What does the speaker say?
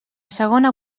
segona